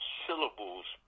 syllables